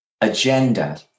agenda